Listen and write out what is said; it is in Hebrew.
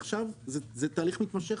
עכשיו זה תהליך מתמשך,